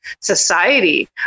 society